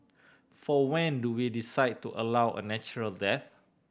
for when do we decide to allow a natural death